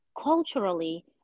culturally